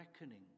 reckoning